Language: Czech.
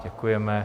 Děkujeme.